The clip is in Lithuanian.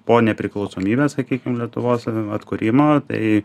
po nepriklausomybės sakykim lietuvos atkūrimo tai